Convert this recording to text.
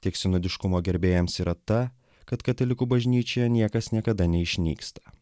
tiek sinodiškumo gerbėjams yra ta kad katalikų bažnyčioje niekas niekada neišnyksta